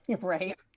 Right